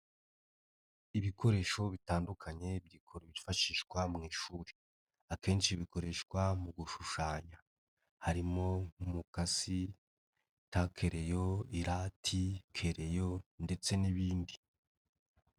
Ibikoresho bitandukanye byifashishwa mu ishuri. Akenshi bikoreshwa mu gushushanya harimo umukasi, takeleyo, irati, kereyo ndetse n'ibindi.